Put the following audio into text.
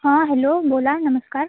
हां हॅलो बोला नमस्कार